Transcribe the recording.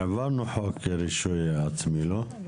אנחנו העברנו חוק רישוי עצמי, לא?